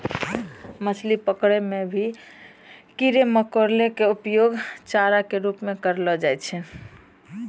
मछली पकड़ै मॅ भी कीड़ा मकोड़ा के उपयोग चारा के रूप म करलो जाय छै